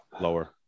lower